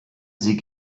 sie